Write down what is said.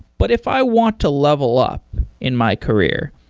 but if i want to level up in my career,